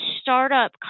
startup